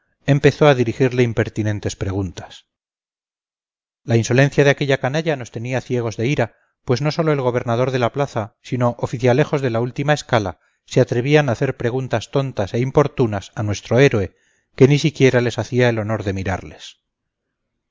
empezó a dirigirle impertinentes preguntas la insolencia de aquella canalla nos tenía ciegos de ira pues no sólo el gobernador de la plaza sino oficialejos de la última escala se atrevían a hacer preguntas tontas e importunas a